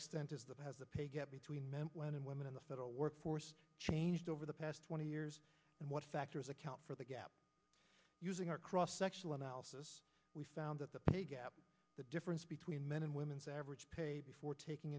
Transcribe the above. extent is that has the pay gap between men and women in the federal workforce changed over the past twenty years and what factors account for the gap using our cross sectional analysis we found that the pay gap the difference between men and women's average pay before taking